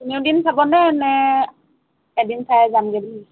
তিনিওদিন চাবনে নে এদিন চাই যামগৈ বুলি ভাবিছে